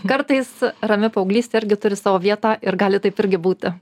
kartais rami paauglystė irgi turi savo vietą ir gali taip irgi būti